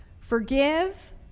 forgive